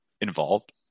involved